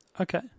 Okay